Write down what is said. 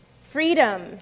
Freedom